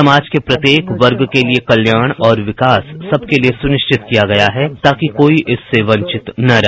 समाज के प्रत्येक वर्ग के लिए कल्याण और विकास सबके लिए सुनिश्चित किया गया है ताकि कोई इससे वंचित न रहे